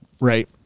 Right